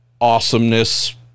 awesomeness